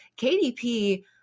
KDP